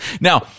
now